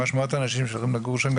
ממש מאות אנשים שהולכים לגור שם,